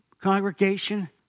congregation